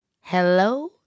Hello